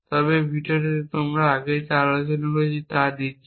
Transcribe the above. তবে এই ভিডিওটিতে আমরা আগে যা আলোচনা করেছি তা দিচ্ছি